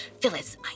Phyllis